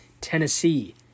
Tennessee